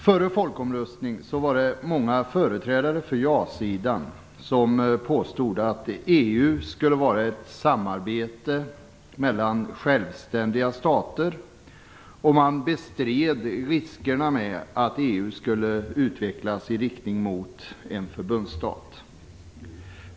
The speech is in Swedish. Före folkomröstningen var det många företrädare för jasidan som påstod att EU skulle vara ett samarbete mellan självständiga stater. Man bestred att det fanns risker att EU skulle utvecklas i riktning mot en förbundsstat.